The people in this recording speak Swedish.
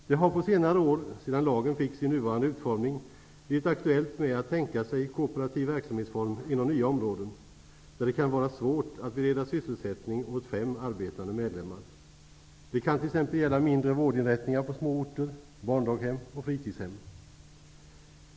Det har på senare år -- sedan lagen fick sin nuvarande utformning -- blivit aktuellt med kooperativa verksamhetsformer inom nya områden där det kan vara svårt att bereda sysselsättning åt fem arbetande medlemmar. Det kan t.ex. gälla mindre vårdinrättningar på små orter, barndaghem och fritidshem.